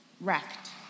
Wrecked